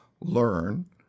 learn